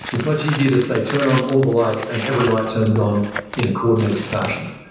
it's much easier to say turn on all the lights and every light turns on in a coordinated fashion.